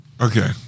Okay